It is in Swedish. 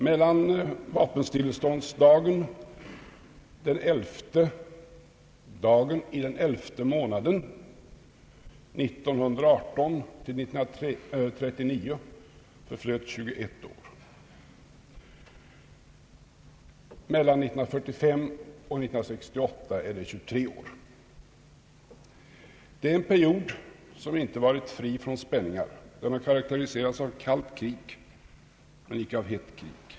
Mellan vapenstilleståndsdagen den elfte dagen i elfte månaden 1918 och 1939 förflöt 21 år. Mellan 1945 och 1968 är det 23 år. Det är en period som inte har varit fri från spänningar. Den har karakteriserats av kallt krig men inte av hett krig.